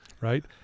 Right